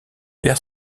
perd